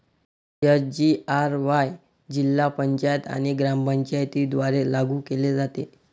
SGRY जिल्हा पंचायत आणि ग्रामपंचायतींद्वारे लागू केले जाते